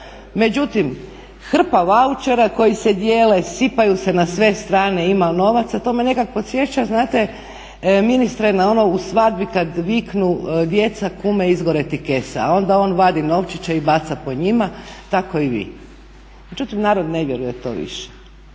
Međutim, hrpa vaučera koji se dijele, sipaju se na sve strane ima novaca, to me nekako podsjeća znate ministre na ono u svadbi kada viknu djeca "Kume izgore ti kesa", a onda on vadi novčiće i baca po njima, tako i vi. Međutim, narod ne vjeruje to više.